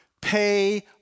Pay